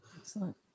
Excellent